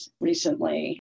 recently